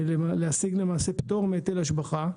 להשיג למעשה פטור מהיטל השבחה.